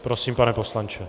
Prosím, pane poslanče.